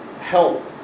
help